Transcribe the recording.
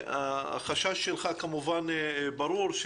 החשש שלך כמובן ברור.